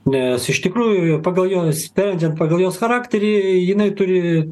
nes iš tikrųjų pagal jos sprendžiant pagal jos charakterį jinai turi